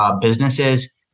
businesses